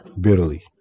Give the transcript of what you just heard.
bitterly